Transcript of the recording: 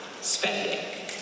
spending